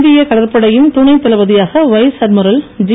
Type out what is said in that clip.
இந்திய கடற்படையின் துணை தளபதியாக வைஸ் அட்மிரல் ஜி